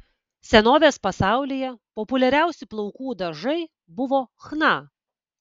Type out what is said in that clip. senovės pasaulyje populiariausi plaukų dažai buvo chna